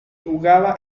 jugaba